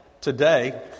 today